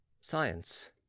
SCIENCE